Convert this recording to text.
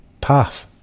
path